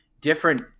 different